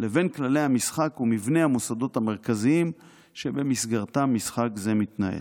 לבין כללי המשחק ומבני המוסדות המרכזיים שבמסגרתם משחק זה מתנהל.